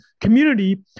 community